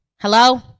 Hello